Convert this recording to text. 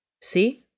See